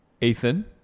Ethan